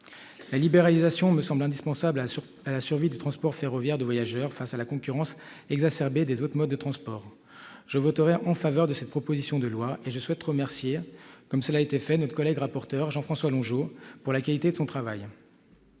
La libéralisation me semble indispensable à la survie du transport ferroviaire de voyageurs, face à la concurrence exacerbée des autres modes de transport. Je voterai en faveur de cette proposition de loi. C'est pourquoi je souhaite à mon tour remercier notre collègue rapporteur, Jean-François Longeot, pour la qualité de son travail.